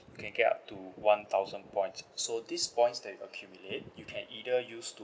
can get up to one thousand points so these points that you accumulate you can either use to